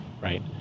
Right